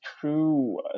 true